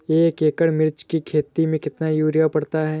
एक एकड़ मिर्च की खेती में कितना यूरिया पड़ता है?